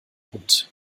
hund